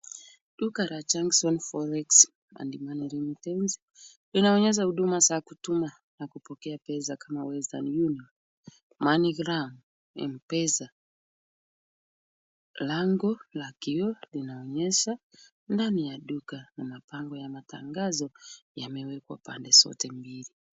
Duka la Junction Forex and Money Remmitance, linaonyesha huduma za kutuma na kupokea pesa kama Western Union, MoneyGram, M-Pesa. Lango la kioo linaonyesha ndani ya duka. Mabango ya matangazo yamewekwa pande zote mbili.